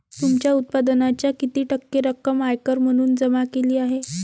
तुमच्या उत्पन्नाच्या किती टक्के रक्कम आयकर म्हणून जमा केली जाते?